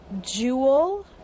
jewel